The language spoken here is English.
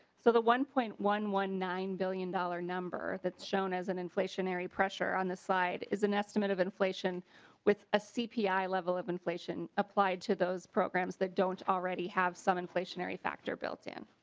so the one point one one nine billion dollars number and that shown as an inflationary pressure on the side is an estimate of inflation with a cpi level of inflation applied to those programs that don't already have some inflationary factor built in.